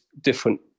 different